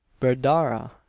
berdara